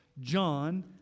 John